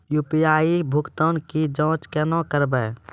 UPI भुगतान की जाँच कैसे करेंगे?